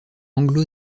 anglo